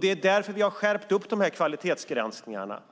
Det är därför vi har skärpt kvalitetsgränserna,